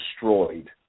destroyed